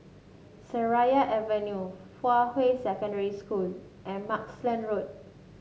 Seraya Avenue Fuhua Secondary School and Mugliston Road